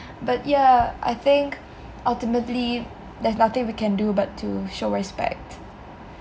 but yah I think ultimately there's nothing we can do but to show respect